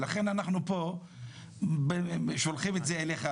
לכן שולחים את זה אליך,